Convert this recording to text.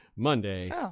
monday